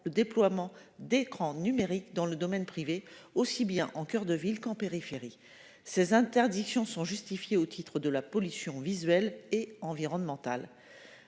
le déploiement d'écran numérique dans le domaine privé, aussi bien en coeur de ville qu'en périphérie. Ces interdictions sont justifiées au titre de la pollution visuelle et environnementale.